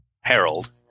Harold